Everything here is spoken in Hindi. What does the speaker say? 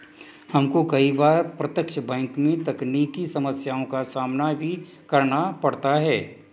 हमको कई बार प्रत्यक्ष बैंक में तकनीकी समस्याओं का सामना भी करना पड़ता है